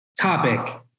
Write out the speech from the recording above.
topic